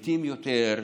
מתים יותר,